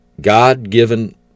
God-given